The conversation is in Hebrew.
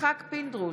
יצחק פינדרוס,